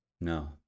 No